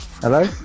hello